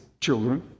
children